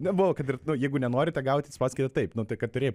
nebuvo kad ir jeigu nenorite gauti spauskite taip nu tai kad turėjai